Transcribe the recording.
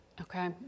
Okay